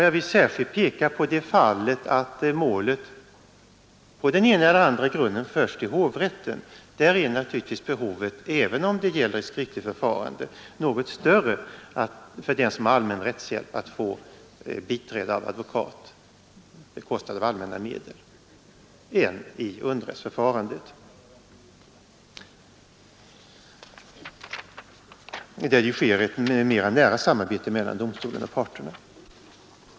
Jag vill särskilt peka på det fallet att målet, på den ena eller andra grunden, förs till hovrätten. Där är naturligtvis behovet — även om det gäller skriftligt förfarande — något större för den som har allmän rättshjälp att få biträde av en advokat, bekostad av allmänna medel, än i underrättsförfarandet, där det sker ett mera nära samarbete mellan domstolen och parterna.